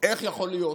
איך יכול להיות,